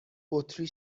بطری